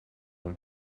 een